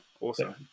awesome